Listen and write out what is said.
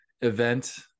event